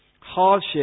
hardship